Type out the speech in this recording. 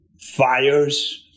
fires